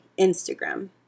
Instagram